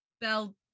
bell